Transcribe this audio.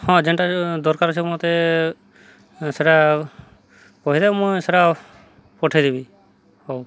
ହଁ ଯେନ୍ଟା ଦରକାର ଅଛେ ମୋତେ ସେଟା କହିଦେବେ ମୁଁ ସେଟା ପଠେଇଦେବି ହଉ